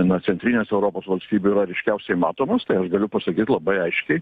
nuo centrinės europos valstybių yra ryškiausiai matomas tai aš galiu pasakyt labai aiškiai